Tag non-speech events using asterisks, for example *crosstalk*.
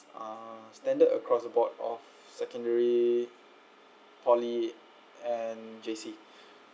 uh standard across the board of secondary poly and J_C *breath*